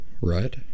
right